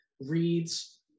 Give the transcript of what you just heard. reads